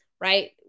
right